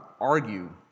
argue